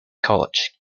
college